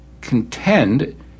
contend